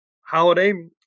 holiday